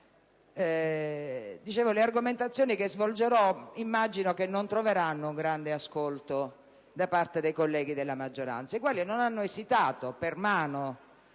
le argomentazioni che svolgerò non troveranno un grande ascolto da parte dei colleghi della maggioranza, i quali non hanno esitato, per mano